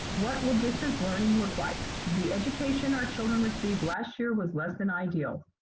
what will distance learning look like? the education our children received last year was less than ideal.